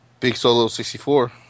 BigSolo64